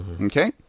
okay